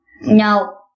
No